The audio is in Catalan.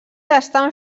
estan